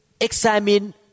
examine